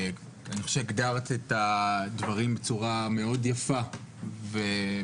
הגדרת את הדברים בצורה מאוד יפה ומדויקת.